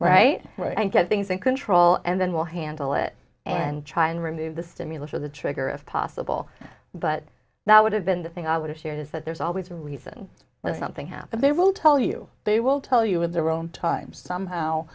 safe right and get things in control and then we'll handle it and try and remove the stimulus or the trigger if possible but that would have been the thing i would have shared is that there's always a reason why something happened they will tell you they will tell you in their own time somehow